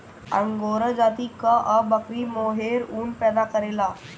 angora जाति कअ बकरी मोहेर ऊन पैदा करेले